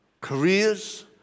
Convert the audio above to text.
careers